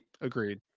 Agreed